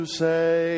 say